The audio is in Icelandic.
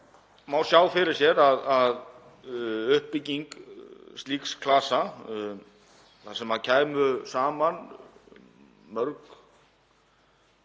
má sjá fyrir sér að uppbygging slíks klasa, þar sem kæmu saman mörg